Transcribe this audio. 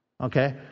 Okay